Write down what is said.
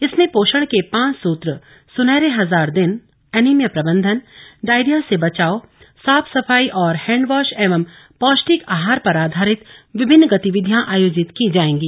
इसमें पोषण के पांच सूत्र सुनहरे हजार दिन एनीमिया प्रबन्धन डायरिया से बचाव साफ सफाई और हैण्डवॉश एवं पौष्टिक आहार पर आधारित विभिन्न गतिविधियां आयोजित की जाएंगी